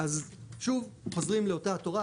אז שוב חוזרים לאותה התורה,